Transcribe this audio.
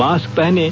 mask पहनें